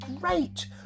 great